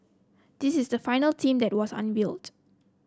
this is the final team that was unveiled